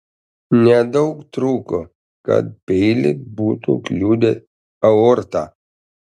nedaug trūko kad peilis būtų kliudęs aortą